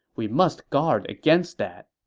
we must guard against that.